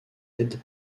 aide